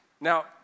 Now